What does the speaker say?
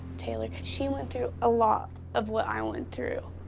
taylor, she went through a lot of what i went through.